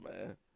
man